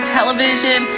Television